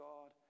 God